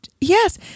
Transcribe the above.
yes